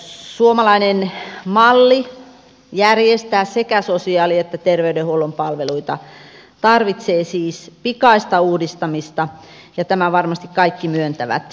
suomalainen malli järjestää sekä sosiaali että terveydenhuollon palveluita tarvitsee siis pikaista uudistamista ja tämän varmasti kaikki myöntävät